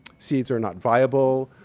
seeds are not viable.